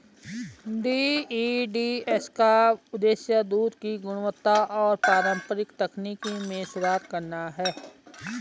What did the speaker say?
DEDS का उद्देश्य दूध की गुणवत्ता और पारंपरिक तकनीक में सुधार करना है